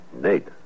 Nate